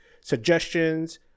suggestions